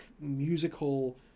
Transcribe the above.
musical